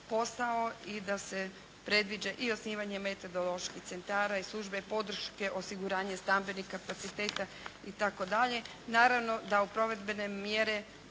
i da se predviđa i osnivanje metodoloških centara i službe podrške osiguranja stambenih kapaciteta itd. Naravno da u provedbene mjere